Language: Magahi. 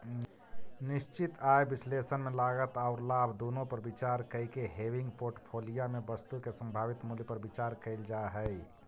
निश्चित आय विश्लेषण में लागत औउर लाभ दुनो पर विचार कईके हेविंग पोर्टफोलिया में वस्तु के संभावित मूल्य पर विचार कईल जा हई